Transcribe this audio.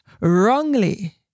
wrongly